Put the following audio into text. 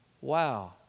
Wow